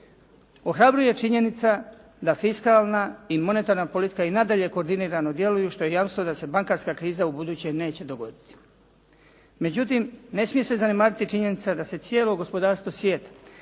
Ohrabruje činjenica da fiskalna i monetarna politika i nadalje koordinirano djeluju što je jamstvo da se bankarska kriza ubuduće neće dogoditi. Međutim, ne smije se zanemariti činjenica da se cijelo gospodarstvo svijeta,